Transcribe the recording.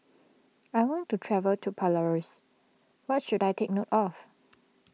I want to travel to Belarus what should I take note of